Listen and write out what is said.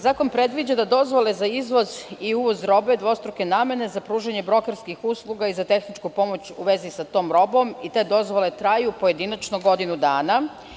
Zakon predviđa da dozvole za izvoz i uvoz robe dvostruke namene, za pružanje brokerskih usluga i za tehničku pomoć u vezi sa tom robom traju pojedinačno godinu dana.